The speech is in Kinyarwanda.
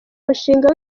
umushinga